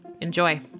Enjoy